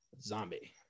Zombie